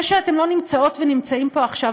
זה שאתם לא נמצאות ונמצאים פה עכשיו,